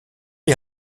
est